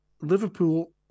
Liverpool